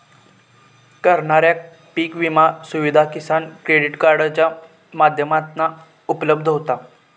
करणाऱ्याक पीक विमा सुविधा किसान क्रेडीट कार्डाच्या माध्यमातना उपलब्ध होता